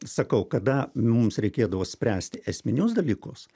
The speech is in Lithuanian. sakau kada mums reikėdavo spręsti esminius dalykus